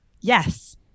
Yes